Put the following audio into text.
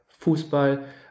Fußball